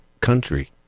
country